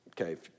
Okay